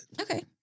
Okay